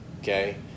okay